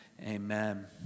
Amen